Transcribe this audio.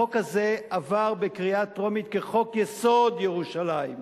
החוק הזה עבר בקריאה טרומית כחוק-יסוד: ירושלים,